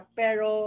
pero